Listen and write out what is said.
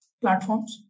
platforms